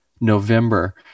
november